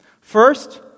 First